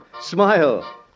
smile